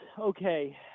Okay